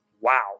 Wow